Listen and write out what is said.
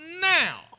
now